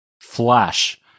Flash